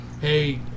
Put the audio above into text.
hey